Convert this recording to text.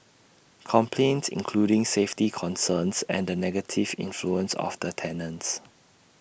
complaints including safety concerns and the negative influence of the tenants